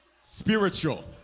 Spiritual